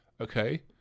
okay